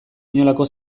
inolako